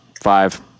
Five